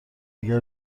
اگر